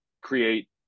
create